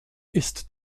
ist